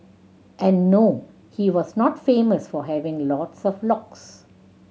and no he was not famous for having lots of locks